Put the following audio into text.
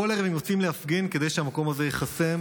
בכל ערב הם יוצאים להפגין כדי שהמקום הזה ייחסם,